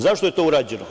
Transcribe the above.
Zašto je to urađeno?